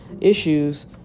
issues